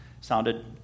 sounded